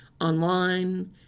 online